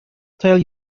tell